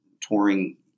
touring